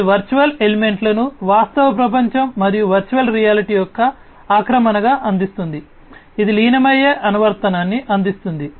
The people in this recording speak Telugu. ఇది వర్చువల్ ఎలిమెంట్లను వాస్తవ ప్రపంచం మరియు వర్చువల్ రియాలిటీ యొక్క ఆక్రమణగా అందిస్తుంది ఇది లీనమయ్యే అనువర్తనాన్ని అందిస్తుంది